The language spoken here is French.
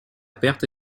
perte